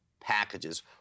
packages